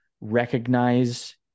recognize